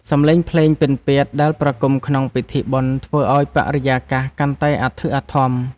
សម្លេងភ្លេងពិណពាទ្យដែលប្រគំក្នុងពិធីបុណ្យ ធ្វើឱ្យបរិយាកាសកាន់តែអធិកអធម។